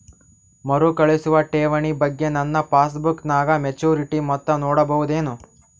ಮರುಕಳಿಸುವ ಠೇವಣಿ ಬಗ್ಗೆ ನನ್ನ ಪಾಸ್ಬುಕ್ ನಾಗ ಮೆಚ್ಯೂರಿಟಿ ಮೊತ್ತ ನೋಡಬಹುದೆನು?